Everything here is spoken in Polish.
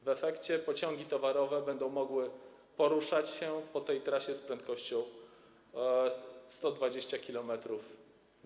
W efekcie pociągi towarowe będą mogły poruszać się po tej trasie z prędkością 120 km/h.